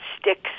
sticks